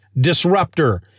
disruptor